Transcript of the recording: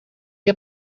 heb